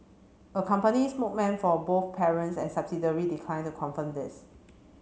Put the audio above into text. a company spoke man for both parent and subsidiary declined to confirm this